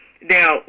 Now